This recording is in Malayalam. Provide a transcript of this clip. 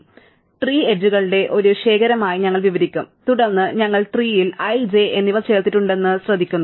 അതിനാൽ ട്രീ എഡ്ജുകളുടെ ഒരു ശേഖരമായി ഞങ്ങൾ വിവരിക്കും തുടർന്ന് ഞങ്ങൾ ട്രീൽ i j എന്നിവ ചേർത്തിട്ടുണ്ടെന്ന് ഞങ്ങൾ ശ്രദ്ധിക്കുന്നു